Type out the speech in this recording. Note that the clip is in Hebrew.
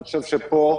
אני חושב שפה,